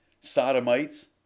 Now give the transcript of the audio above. sodomites